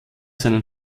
seinen